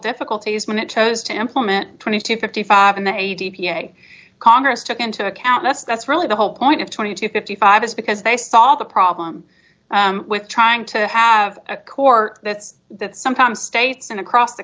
difficulties minute chose to implement twenty to fifty five in the a p a congress took into account that's that's really the whole point of twenty to fifty five is because they saw the problem with trying to have a court that's that sometimes states and across the